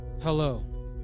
Hello